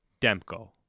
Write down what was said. Demko